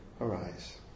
arise